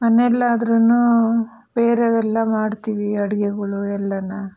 ಮನೆಯಲ್ಲಾದರೂ ಬೇರೆಯವೆಲ್ಲ ಮಾಡ್ತೀವಿ ಅಡುಗೆಗಳು ಎಲ್ಲಾನ